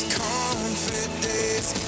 confidence